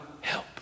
help